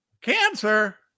Cancer